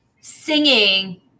singing